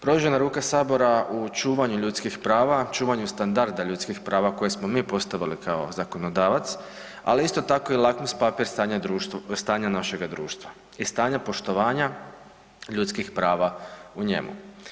Produžena ruka Sabora u čuvanju ljudskih prava, čuvanju standarda ljudskih prava koje smo mi postavili kao zakonodavac, ali isto tako i lakmus papir stanja našega društva i stanje poštovanja ljudskih prava u njemu.